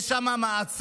יש שם מעצור,